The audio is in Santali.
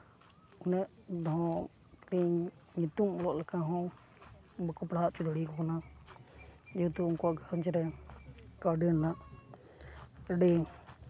ᱩᱱᱟᱹᱜ ᱫᱷᱟᱣ ᱤᱧ ᱧᱩᱛᱩᱢ ᱚᱞᱚᱜ ᱞᱮᱠᱟ ᱦᱚᱸ ᱵᱟᱠᱚ ᱯᱟᱲᱦᱟᱣ ᱦᱚᱪᱚ ᱫᱟᱲᱮ ᱟᱠᱚ ᱠᱟᱱᱟ ᱡᱮᱦᱮᱛᱩ ᱩᱱᱠᱩᱣᱟᱜ ᱜᱷᱟᱨᱚᱸᱡᱽ ᱨᱮ ᱠᱟᱹᱣᱰᱤ ᱨᱮᱱᱟᱜ ᱟᱹᱰᱤ